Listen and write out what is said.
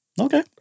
Okay